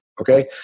Okay